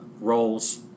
Roles